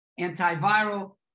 antiviral